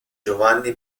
giovanni